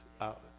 out